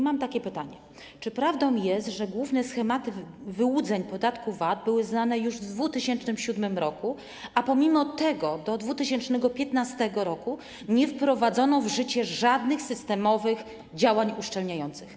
Mam takie pytanie: Czy prawdą jest, że główne schematy wyłudzeń podatku VAT były znane już w 2007 r., a pomimo to do 2015 r. nie wprowadzono w życie żadnych systemowych działań uszczelniających?